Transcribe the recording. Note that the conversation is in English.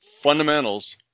fundamentals